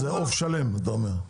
זה עוף שלם, אתה אומר?